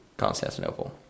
Constantinople